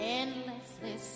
endlessly